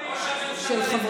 של חבר